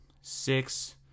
six